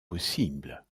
possible